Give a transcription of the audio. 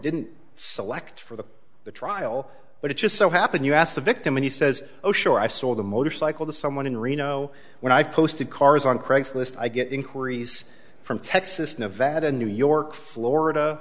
didn't select for the the trial but it just so happened you ask the victim and he says oh sure i sold a motorcycle to someone in reno when i posted cars on craigslist i get inquiries from texas nevada new york florida